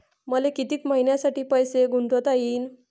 मले कितीक मईन्यासाठी पैसे गुंतवता येईन?